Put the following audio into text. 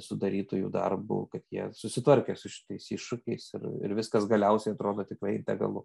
sudarytojų darbu kad jie susitvarkė su šitais iššūkiais ir ir viskas galiausiai atrodo tikrai legalu